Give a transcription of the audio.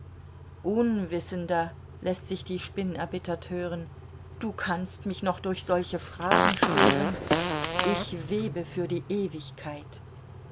unwissender läßt sich die spinn erbittert hören du kannst mich noch durch solche fragen stören ich webe für die ewigkeit